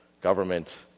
government